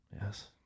Yes